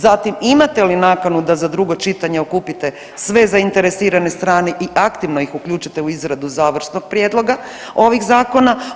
Zatim, imate li nakanu da za drugo čitanje okupite sve zainteresirane strane i aktivno ih uključite u izradu završnog prijedloga ovih zakona?